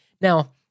Now